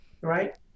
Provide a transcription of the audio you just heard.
right